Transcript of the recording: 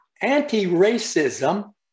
anti-racism